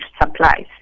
supplies